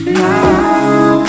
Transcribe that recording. now